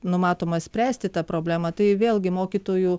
numatoma spręsti tą problemą tai vėlgi mokytojų